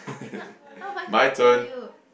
if not how am I supposed to tell you